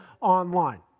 online